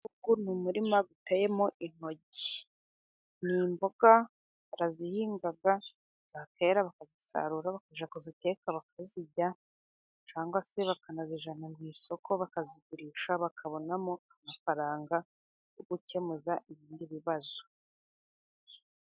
Uyu ni umurima uteyemo intoryi. Ni imboga barazihinga zakera bakazisarura bakajya kuziteka bakazirya cyangwa se bakanazijyana ku isoko bakazigurisha bakabonamo amafaranga yo gukemuza ibindi bibazo.